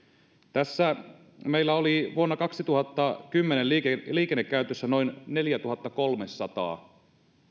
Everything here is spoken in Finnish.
tässä meillä oli vuonna kaksituhattakymmenen liikennekäytössä noin neljätuhattakolmesataa